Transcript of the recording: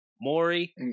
Maury